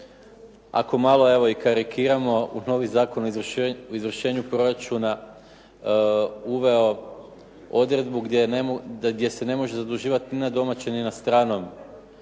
evo i karikiramo u novi Zakon o izvršenju proračuna uveo odredbu gdje se ne može zaduživati ni na domaćem ni na stranom